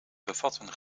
bevatten